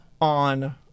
On